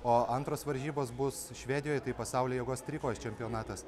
o antros varžybos bus švedijoje tai pasaulio jėgos trikovės čempionatas